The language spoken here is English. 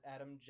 Adam